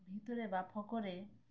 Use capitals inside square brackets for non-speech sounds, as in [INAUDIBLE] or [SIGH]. ভিতরে [UNINTELLIGIBLE] করে